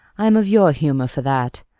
i am of your humour for that.